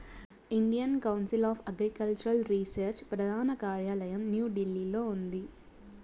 Indian council of agricultural research ప్రధాన కార్యాలయం న్యూఢిల్లీలో ఉంది